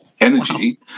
energy